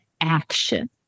action